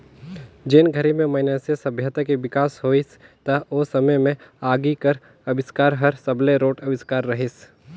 जेन घरी में मइनसे सभ्यता के बिकास होइस त ओ समे में आगी कर अबिस्कार हर सबले रोंट अविस्कार रहीस